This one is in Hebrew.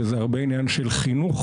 וזה הרבה עניין של חינוך,